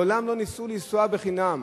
מעולם לא ניסו לנסוע בחינם,